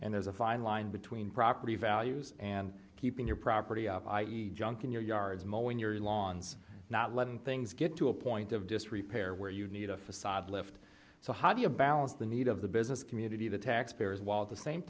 and there's a fine line between property values and keeping your property up i e junk in your yards more when you're in lawns not letting things get to a point of disrepair where you need a facade lift so how do you balance the need of the business community the taxpayers while at the same